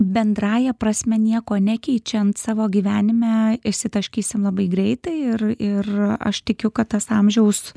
bendrąja prasme nieko nekeičiant savo gyvenime išsitaškysim labai greitai ir ir aš tikiu kad tas amžiaus